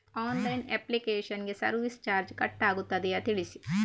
Online application ಗೆ service charge cut ಆಗುತ್ತದೆಯಾ ತಿಳಿಸಿ?